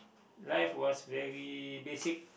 life was very basic